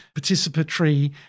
participatory